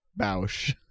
Bausch